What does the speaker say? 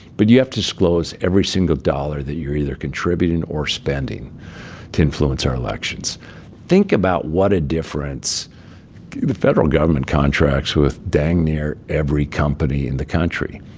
but you have to disclose every single dollar that you're either contributing or spending to influence our elections think about what a difference the federal government contracts with dang near every company in the country.